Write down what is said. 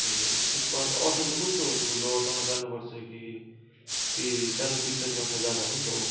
ए त्यसो भए अन्त अटो चाहिँ कस्तो ठुलो अटोमा जानु पर्छ कि कि सानो तिन चक्के अटो जाँदा हुन्छ हौ